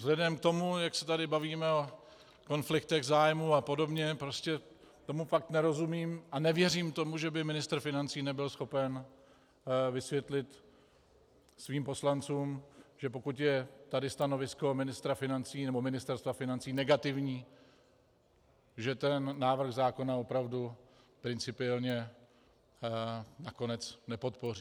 Vzhledem k tomu, jak se tady bavíme o konfliktech zájmů apod., prostě tomu pak nerozumím a nevěřím tomu, že by ministr financí nebyl schopen vysvětlit svým poslancům, že pokud je tady stanovisko ministra financí nebo Ministerstva financí negativní, že ten návrh zákona opravdu principiálně nakonec nepodpoří.